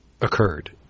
occurred